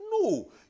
No